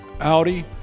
Audi